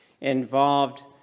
involved